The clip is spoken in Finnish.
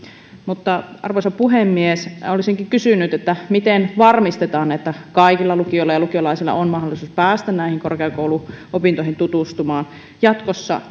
näillä aloilla arvoisa puhemies olisinkin kysynyt miten varmistetaan että kaikilla lukioilla ja lukiolaisilla on mahdollisuus päästä näihin korkeakouluopintoihin tutustumaan jatkossa